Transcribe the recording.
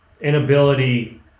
inability